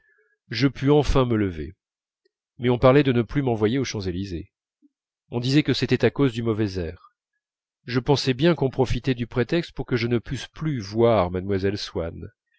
je pus enfin me lever mais on parlait de ne plus m'envoyer aux champs-élysées on disait que c'était à cause du mauvais air je pensais bien qu'on profitait du prétexte pour que je ne pusse plus voir mlle swann